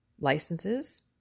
licenses